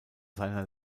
seiner